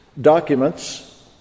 documents